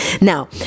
now